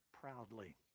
proudly